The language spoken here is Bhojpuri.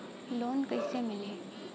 लोन कईसे मिली?